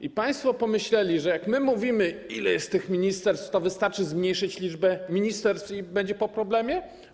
I państwo pomyśleli, że jak my mówimy, ile jest tych ministerstw, to wystarczy zmniejszyć liczbę ministerstw i będzie po problemie?